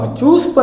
choose